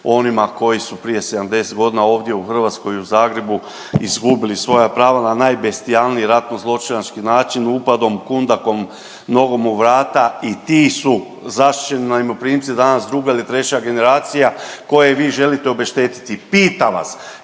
onima koji su prije 70 godina ovdje u Hrvatskoj, u Zagrebu izgubili svoja prava na najbestijalniji ratno-zločinački način upadom kundakom, nogom u vrata i ti su zaštićeni najmoprimci danas druga ili treća generacija koje vi želite obeštetiti. Pitam vas